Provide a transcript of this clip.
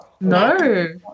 No